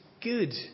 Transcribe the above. good